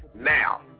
Now